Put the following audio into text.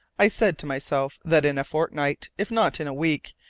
i said to myself that in a fortnight, if not in a week,